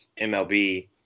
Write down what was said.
MLB